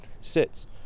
sits